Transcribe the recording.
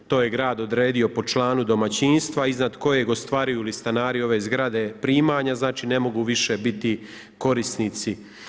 To je grad odredio po članu domaćinstva, iznad kojeg ostvaruju li stanari ove zgrade primanje, znači, ne mogu više biti korisnici.